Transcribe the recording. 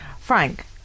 Frank